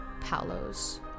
Palos